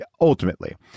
ultimately